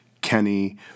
Kenny